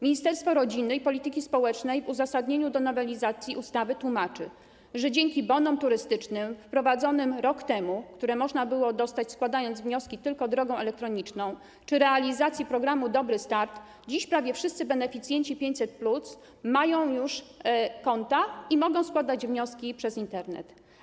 Ministerstwo Rodziny i Polityki Społecznej w uzasadnieniu nowelizacji ustawy tłumaczy, że dzięki bonom turystycznym wprowadzonym rok temu, które można było dostać, składając wnioski tylko drogą elektroniczną, czy realizacji programu „Dobry start” dziś prawie wszyscy beneficjenci 500+ mają już konta i mogą składać wnioski przez Internet.